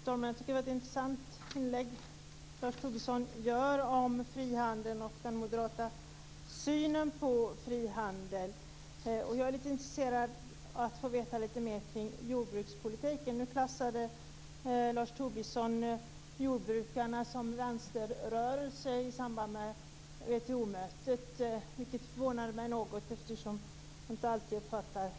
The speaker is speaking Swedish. Fru talman! Jag tycker att det var ett intressant inlägg som Lars Tobissons hade om frihandeln och om den moderata synen på frihandeln. Jag är lite intresserad av att få veta lite mer kring jordbrukspolitiken. Nu klassade Lars Tobisson jordbrukarna som vänsterrörelse i samband med WTO-mötet, vilket förvånade mig något eftersom jag normalt inte alltid uppfattar